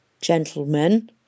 Gentlemen